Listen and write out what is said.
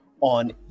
on